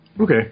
Okay